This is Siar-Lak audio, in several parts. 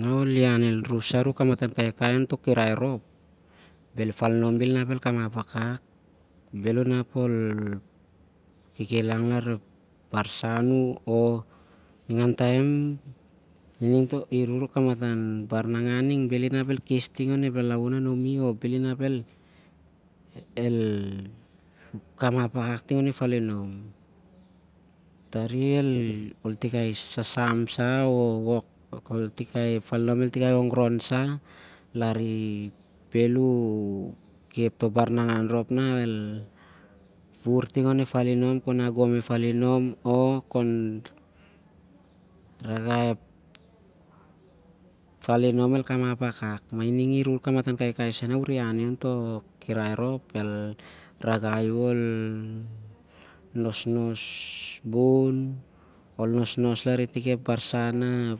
Na ol ian iru sa ruk kamatan kaikai onto kirai rop ap ep falinom bhel el kamap akak- bhel unap ol kikilang akak lar ringan taem, ep barnangan ning bhel inap el kes ting onep lalaun anumi o el kamap akak ting onep falinom. Tari ol fikai sasam sa o ep falinom el ongron lar bhel u kep toh baran akak khon agom ep falinom, khon ragai ep falinom el kamap akak mahining ruh kamatan kaikai sa na ureh rereh iani, onto kirai rop el ragai u ol nosnos bun. ap ol nosnos lari tik ep barsan na u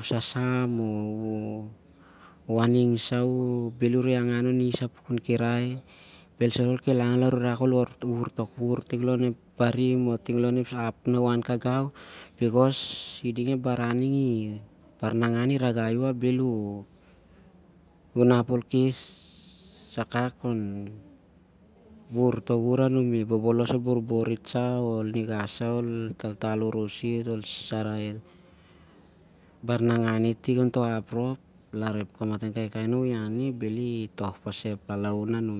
sasam o u aningsa bhel ureh angan on- i- is- a pukun kirai, bhel saloh ol kalangi kanak na u rak ol wuvur barim o inan kagau, bikos ep iding ep baran ep baran nangan i ragai u ap bhel u nap ol wuvur pas tik ti- baran